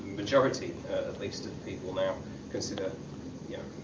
majority at least of people now consider you know,